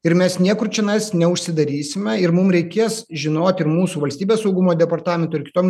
ir mes niekur čionais neužsidarysime ir mum reikės žinot ir mūsų valstybės saugumo departamentui ir kitom